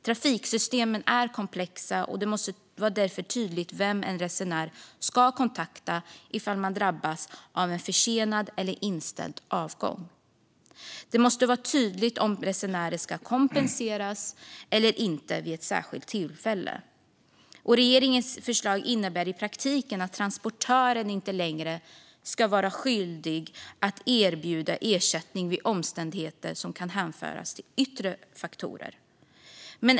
Trafiksystemen är komplexa, och det måste därför vara tydligt vem en resenär ska kontakta om man drabbas av en försenad eller inställd avgång. Det måste vara tydligt om resenärer ska kompenseras eller inte vid ett särskilt tillfälle. Regeringens förslag innebär i praktiken att transportören inte längre ska vara skyldig att erbjuda ersättning vid omständigheter som kan hänföras till yttre faktorer.